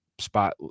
spot